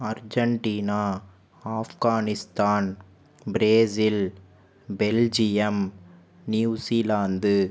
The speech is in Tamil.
Argentina Afghanistan Brazil Belgium New Zealand